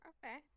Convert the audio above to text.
Okay